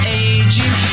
aging